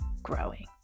Growing